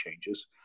changes